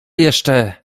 jeszcze